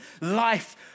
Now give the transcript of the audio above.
life